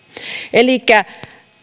elikkä